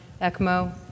ECMO